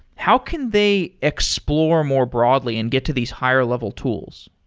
how can they explore more broadly and get to these higher level tools?